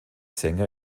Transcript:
sänger